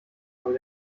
aber